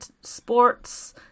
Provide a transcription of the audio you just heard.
sports